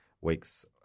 weeks